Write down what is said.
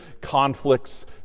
conflicts